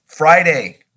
Friday